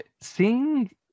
seeing